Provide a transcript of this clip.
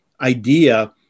idea